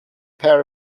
pair